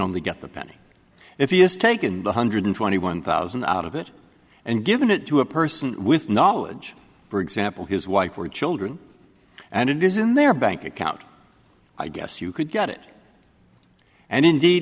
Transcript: only get the penny if he has taken the hundred twenty one thousand out of it and given it to a person with knowledge for example his wife or children and it is in their bank account i guess you could get it and indeed